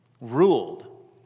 ruled